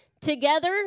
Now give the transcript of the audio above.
Together